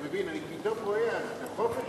אתה מבין, אני פתאום רואה חופש